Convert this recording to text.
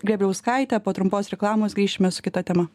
grebliauskaite po trumpos reklamos grįšime su kita tema